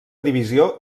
divisió